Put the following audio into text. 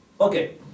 Okay